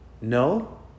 No